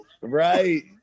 Right